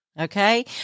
Okay